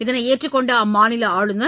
இதனை ஏற்றுக் கொண்ட அம்மாநில ஆளுநர்